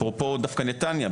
אפרופו דווקא נתניה,